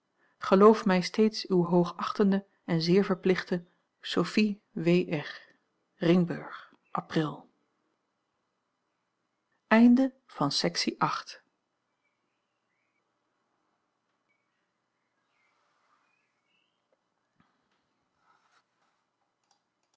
geloof mij steeds uw hoogachtende en zeer verplichte sophie w r ringburg april